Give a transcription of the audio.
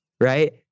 right